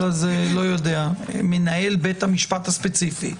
אלא זה מנהל בית המשפט הספציפי,